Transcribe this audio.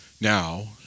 now